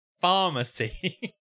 pharmacy